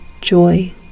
joy